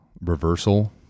reversal